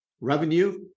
revenue